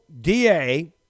DA